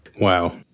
wow